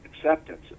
acceptance